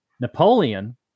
Napoleon